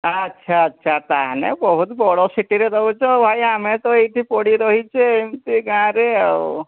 ଆଚ୍ଛା ଆଚ୍ଛା ତାହେଲେ ବହୁତ ବଡ଼ ସିଟିରେ ରହୁଛ ଭାଇ ଆମେ ତ ଏଇଠି ପଡ଼ି ରହିଛେ ଏମିତି ଗାଁରେ ଆଉ